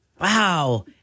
Wow